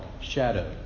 Shadow